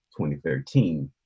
2013